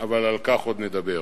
אבל על כך עוד נדבר.